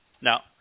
Now